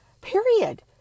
Period